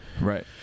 Right